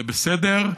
זה בסדר,